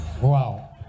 Wow